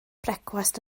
brecwast